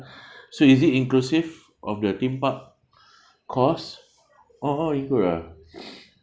so is it inclusive of the theme park costs all all how include ah